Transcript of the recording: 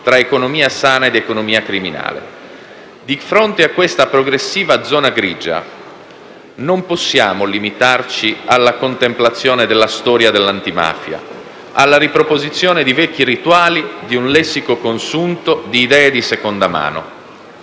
tra economia sana ed economia criminale. Di fronte a questa progressiva zona grigia, non possiamo limitarci alla contemplazione della storia dell'antimafia, alla riproposizione di vecchi rituali, di un lessico consunto, di idee di seconda mano.